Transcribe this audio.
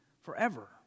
forever